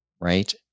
right